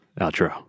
outro